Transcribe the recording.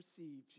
received